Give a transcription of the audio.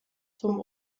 zum